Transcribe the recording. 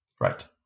Right